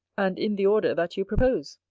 and in the order that you propose.